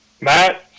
Matt